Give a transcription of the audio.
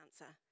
answer